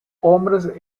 hombres